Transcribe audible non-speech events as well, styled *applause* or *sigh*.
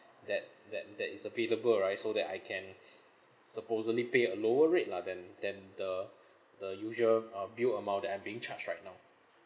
*breath* that that that is available right so that I can *breath* supposedly pay a lower rate lah than than the *breath* the usual uh bill amount that I'm being charged right now